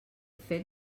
fet